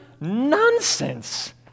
nonsense